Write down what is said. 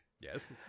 Yes